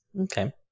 Okay